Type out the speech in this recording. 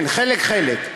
כן, חלק-חלק.